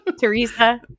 Teresa